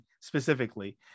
specifically